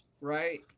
right